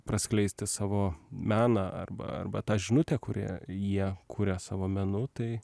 praskleisti savo meną arba arba tą žinutę kurią jie kuria savo menu tai